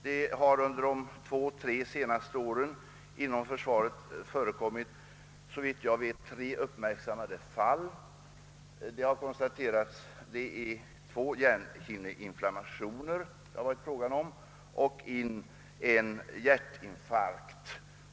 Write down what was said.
Det har under de två—tre senaste åren inom försvaret såvitt jag vet inträffat tre uppmärksammade sådana fall, som gäller dels två hjärnhinneinflammationer och dels en hjärtinfarkt.